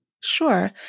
Sure